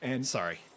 Sorry